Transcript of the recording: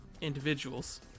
individuals